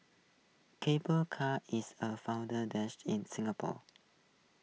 car is A dish in Singapore